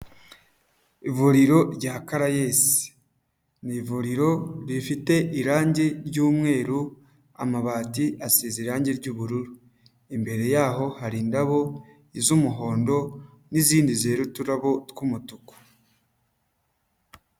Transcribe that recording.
Ivuriro rya karayesi ni ivuriro rifite irangi ry’umweru amabati asize irangi ry'ubururu imbere yaho hari indabo z'umuhondo n'izindi zera uturabo tw'umutuku.